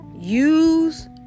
use